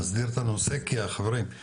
נסדיר את הנושא כי חברים,